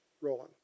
rolling